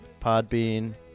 Podbean